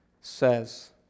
says